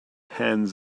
hands